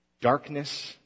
darkness